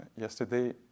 yesterday